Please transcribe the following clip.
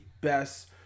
best